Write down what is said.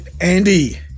Andy